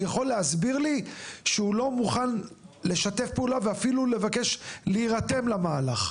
יכול להסביר לי שהוא לא מוכן לשתף פעולה ואפילו לבקש להירתם למהלך,